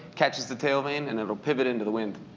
catches the tail vane and it'll pivot into the wind.